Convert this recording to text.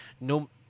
no